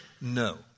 No